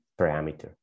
parameter